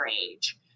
age